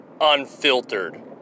Unfiltered